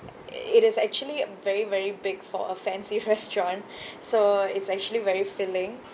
it is actually very very big for a fancy restaurant so it's actually very filling